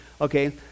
Okay